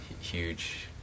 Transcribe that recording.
Huge